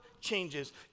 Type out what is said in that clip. changes